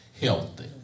healthy